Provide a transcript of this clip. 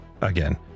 Again